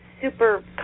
Super